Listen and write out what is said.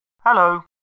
Hello